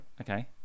okay